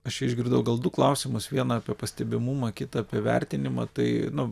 aš čia išgirdau gal du klausimus vieną apie pastebimumą kitą apie vertinimą tai nu